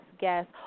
guest